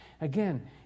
Again